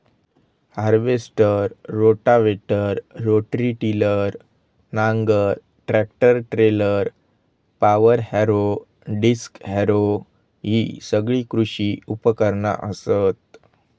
harvester, rotavator, rotary tiller, नांगर, tractor trailer, power harrow, disc harrow हि सगळी कृषी उपकरणा असत